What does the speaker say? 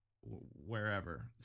wherever